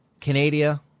Canada